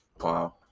Wow